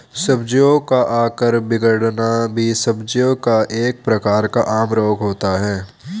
सब्जियों का आकार बिगड़ना भी सब्जियों का एक प्रकार का आम रोग होता है